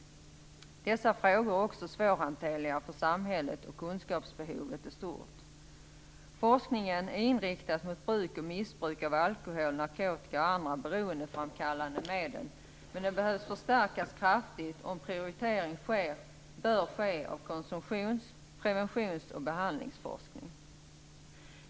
Dessa frågor är också svårhanterliga för samhället, och kunskapsbehovet är stort. Forskningen är inriktad mot bruk och missbruk av alkohol, narkotika och andra beroendeframkallande medel, men den behöver förstärkas kraftigt, och en prioritering bör ske av konsumtions-, preventionsoch behandlingsforskning.